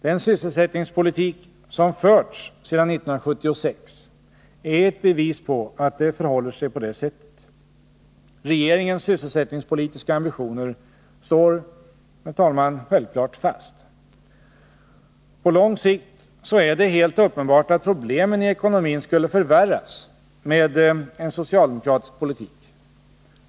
Den sysselsättningspolitik som förts sedan 1976 är ett bevis på att det förhåller sig på det sättet. Regeringens sysselsättningspolitiska ambitioner står, herr talman, självfallet fast. På lång sikt är det helt uppenbart att problemen i ekonomin skulle förvärras med en socialdemokratisk politik.